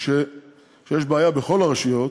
שיש בעיה בכל הרשויות,